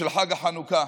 בעזרת השם, של חג החנוכה,